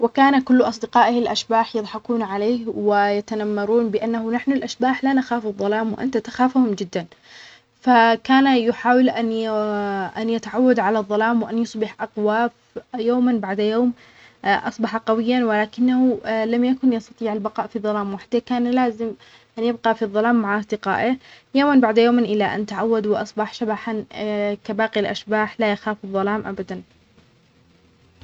في أحد الأيام، كان هناك شبح يخاف من الظلام. بالرغم من أنه كان يقدر يطفّي الأنوار ويختفي، إلا إنه كان يشعر بالخوف في الأماكن المظلمة. حاول الشبح يواجه خوفه، فقرر إنه يروح لمغارة قديمة ظنًا إنه هناك راح يقدر يلاقي السلام الداخلي.